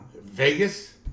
Vegas